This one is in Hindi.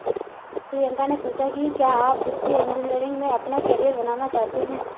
प्रियंका ने पूछा कि क्या आप वित्तीय इंजीनियरिंग में अपना कैरियर बनाना चाहते हैं?